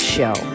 Show